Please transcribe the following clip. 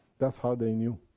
that's how they knew.